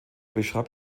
beschreibt